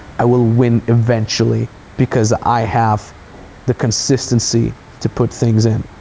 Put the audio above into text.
i will win eventually because i have the consistency to put things in,